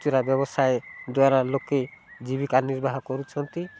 ଚୋରା ବ୍ୟବସାୟ ଦ୍ୱାରା ଲୋକେ ଜୀବିକା ନିର୍ବାହ କରୁଛନ୍ତି